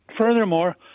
Furthermore